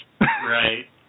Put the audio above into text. Right